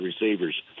receivers